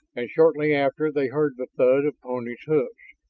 and shortly after, they heard the thud of ponies' hoofs.